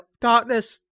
Darkness